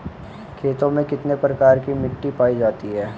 खेतों में कितने प्रकार की मिटी पायी जाती हैं?